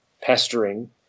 pestering